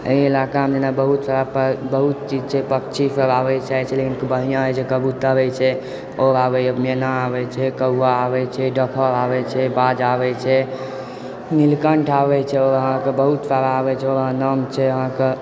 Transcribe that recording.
एहि इलाकामे जेना बहुत सारा बहुत चीज छै पक्षी सब आबय छै जाइ छै बहुत बढ़िआँ होइ छै कबुतर होइ छै ओ आबैए मेना आबै छै कौआ आबै छै डकहर आबै छै बाज आबै छै नीलकण्ठ आबै छै आओर अहाँकेँ बहुत सारा आबै छै ओकरा नाम छै अहाँकऽ